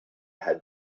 had